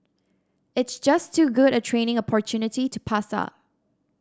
it's just too good a training opportunity to pass up